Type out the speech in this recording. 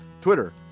Twitter